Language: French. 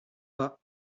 bas